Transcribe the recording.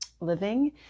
living